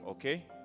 Okay